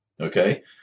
Okay